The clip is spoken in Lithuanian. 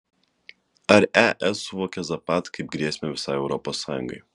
ar es suvokia zapad kaip grėsmę visai europos sąjungai